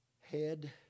head